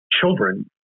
children